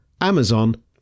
Amazon